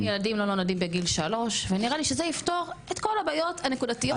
ילדים לא נולדים בגיל שלוש ונראה לי שזה יפתור את כל הבעיות הנקודתיות.